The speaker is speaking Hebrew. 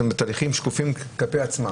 יש שם תהליכים שיקופים כלפי עצמן,